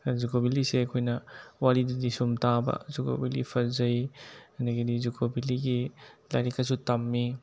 ꯖꯨꯀꯣ ꯕꯦꯂꯤꯁꯦ ꯑꯩꯈꯣꯏꯅ ꯋꯥꯔꯤꯗꯨꯗꯤ ꯁꯨꯝ ꯇꯥꯕ ꯖꯨꯀꯣ ꯕꯦꯂꯤ ꯐꯖꯩ ꯑꯗꯒꯤꯗꯤ ꯖꯨꯀꯣ ꯕꯦꯜꯂꯤꯒꯤ ꯂꯥꯏꯔꯤꯛꯀꯁꯨ ꯇꯝꯃꯤ